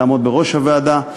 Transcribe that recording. לעמוד בראש הוועדה.